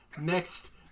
next